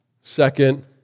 second